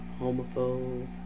homophobe